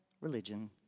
religion